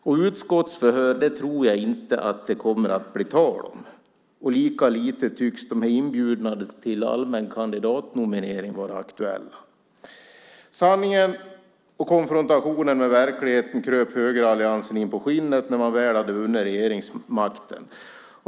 Jag tror inte att det kommer att bli tal om utskottsförhör. Lika lite tycks de här inbjudningarna till allmän kandidatnominering vara aktuella. Sanningen och konfrontationen med verkligheten kröp högeralliansen inpå skinnet när man väl hade vunnit regeringsmakten.